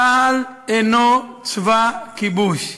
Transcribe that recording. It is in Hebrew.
צה"ל אינו צבא כיבוש.